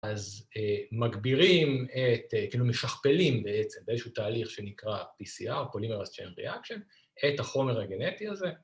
‫אז מגבירים את, כאילו משכפלים בעצם, ‫באיזשהו תהליך שנקרא ‫PCR, פולימרס צ'יינג ריאקשן, ‫את החומר הגנטי הזה.